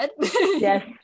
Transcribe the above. yes